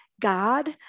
God